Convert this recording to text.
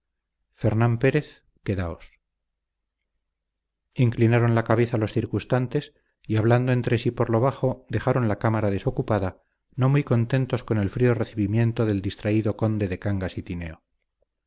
fernán pérez quedaos inclinaron la cabeza los circunstantes y hablando entre sí por lo bajo dejaron la cámara desocupada no muy contentos con el frío recibimiento del distraído conde de cangas y tineo